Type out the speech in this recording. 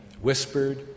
whispered